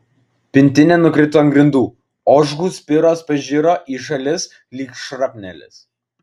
pintinė nukrito ant grindų ožkų spiros pažiro į šalis lyg šrapnelis